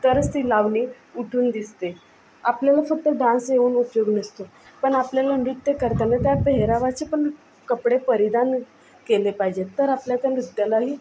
तर अशी लावणी उठून दिसते आपल्याला फक्त डान्स येऊन उपयोग नसतो पण आपल्याला नृत्य करताना त्या पेहरावाचीपण कपडे परिधान केले पाहिजेत तर आपल्या त्या नृत्यालाही